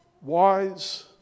Wise